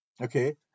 Okay